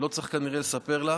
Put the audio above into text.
לא צריך כנראה לספר לך,